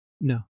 No